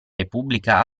repubblica